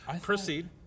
Proceed